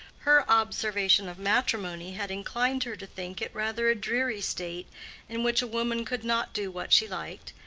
her observation of matrimony had inclined her to think it rather a dreary state in which a woman could not do what she liked,